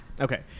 Okay